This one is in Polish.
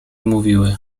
mówiły